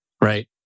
right